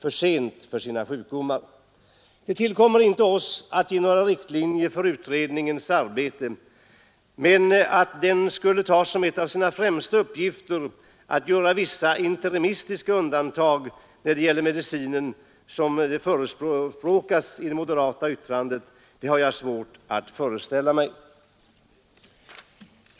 Det ankommer inte på oss att ge några riktlinjer för utredningens arbete, men att utredningen skulle ta som en av sina främsta uppgifter att göra vissa interimistiska undantag i vad gäller de indragna naturläkemedlen — som förespråkas i det moderata yttrandet — har jag svårt att föreställa mig.